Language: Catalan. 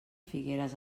figueres